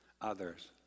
others